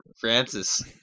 Francis